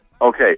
Okay